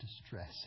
distress